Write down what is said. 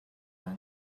өгнө